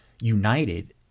united